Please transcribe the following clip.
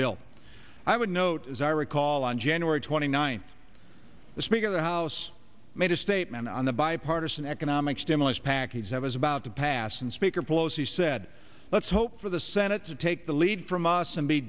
bill i would note as i recall on january twenty ninth the speaker of the house made a statement on the bipartisan economic stimulus package that was about to pass and speaker pelosi said let's hope for the senate to take the lead from us and be